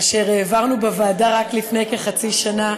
אשר העברנו בוועדה רק לפני כחצי שנה,